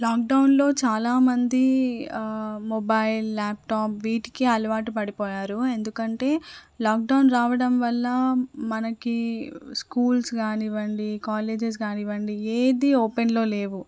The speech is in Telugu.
లాక్డౌన్లో చాలామంది మొబైల్ ల్యాప్టాప్ వీటికే అలవాటు పడిపోయారు ఎందుకంటే లాక్డౌన్ రావడం వల్ల మనకి స్కూల్స్ కానివ్వండి కాలేజెస్ కానివ్వండి ఏది ఓపెన్లో లేవు